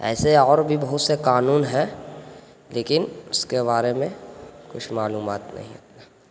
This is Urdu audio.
ایسے اور بھی بہت سے قانون ہیں لیکن اس کے بارے میں کچھ معلومات نہیں